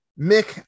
Mick